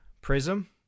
prism